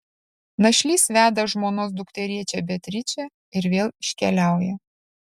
našlys veda žmonos dukterėčią beatričę ir vėl iškeliauja